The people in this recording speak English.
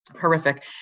horrific